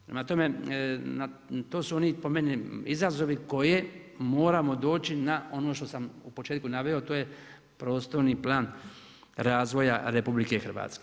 Prema tome, to su oni po meni izazovi koje moramo doći na ono što sam u početku naveo, to je prostorni plan razvoja RH.